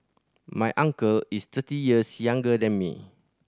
my uncle is thirty years younger than me